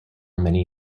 many